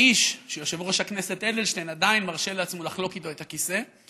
האיש שיושב-ראש הכנסת אדלשטיין עדיין מרשה לעצמו לחלוק איתו את הכיסא,